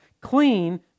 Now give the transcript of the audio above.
clean